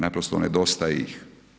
Naprosto nedostaje ih.